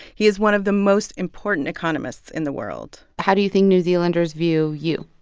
he is one of the most important economists in the world how do you think new zealanders view you?